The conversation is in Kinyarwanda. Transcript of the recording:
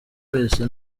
wese